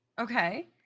Okay